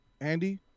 Andy